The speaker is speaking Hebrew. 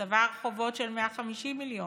צבר חובות של 150 מיליון.